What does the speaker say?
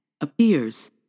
appears